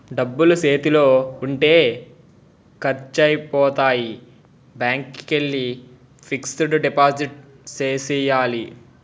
డబ్బులు సేతిలో ఉంటే ఖర్సైపోతాయి బ్యాంకికెల్లి ఫిక్సడు డిపాజిట్ సేసియ్యాల